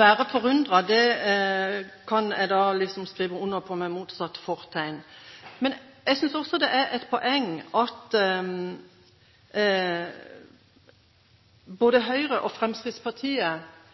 jeg er forundret, kan jeg skrive under på med motsatt fortegn. Jeg synes også det er et poeng at både